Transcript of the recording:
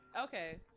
okay